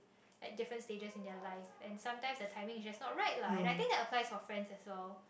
at different stages in their life and sometimes the timing is just not right lah and I think that applies for friends as well